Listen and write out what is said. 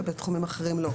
ובתחומים אחרים כן?